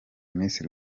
miss